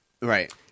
Right